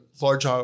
large